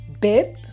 bib